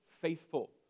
faithful